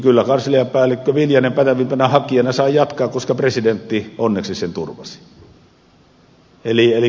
kyllä kansliapäällikkö viljanen pätevimpänä hakijana sai jatkaa koska presidentti onneksi sen turvasi